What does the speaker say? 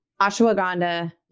ashwagandha